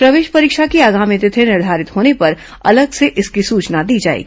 प्रवेश परीक्षा की आगामी तिथि निर्धारित होने पर अलग से इसकी सूचना दी जाएगी